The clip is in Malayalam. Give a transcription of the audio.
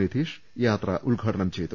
നിധീഷ് യാത്ര ഉദ്ഘാടനം ചെയ്തു